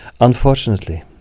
Unfortunately